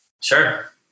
Sure